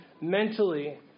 mentally